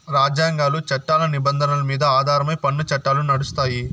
రాజ్యాంగాలు, చట్టాల నిబంధనల మీద ఆధారమై పన్ను చట్టాలు నడుస్తాయి